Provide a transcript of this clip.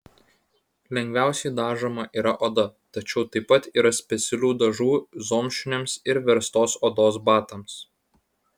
lengviausiai dažoma yra oda tačiau taip pat yra specialių dažų zomšiniams ir verstos odos batams